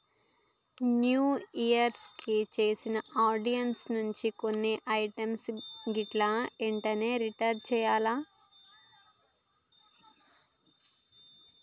new year కి పెట్టిన orders నుంచి కొన్ని ఐటమ్స్ గిట్లా ఎంటనే రిటర్న్ చెయ్యాల్ల